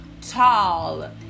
tall